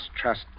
trust